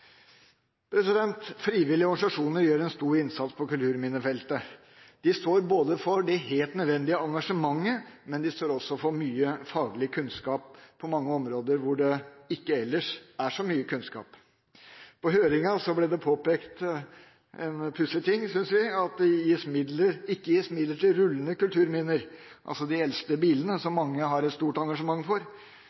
Frivillige organisasjoner gjør en stor innsats på kulturminnefeltet. De står ikke bare for det helt nødvendige engasjementet, men de står også for mye faglig kunnskap på mange områder hvor det ikke ellers er så mye kunnskap. På høringen ble det påpekt en pussig ting, syns vi, at det ikke gis midler til rullende kulturminner – de eldste bilene – som mange har et stort engasjement for.